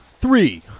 Three